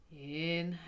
Inhale